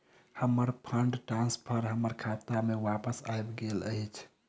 हमर fund transfer हमर खाता मे बापस आबि गइल अछि